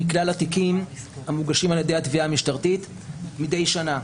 מכלל התיקים המוגשים על ידי התביעה המשטרתית מדי שנה.